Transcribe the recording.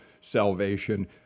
salvation